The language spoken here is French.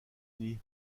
uni